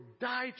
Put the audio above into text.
die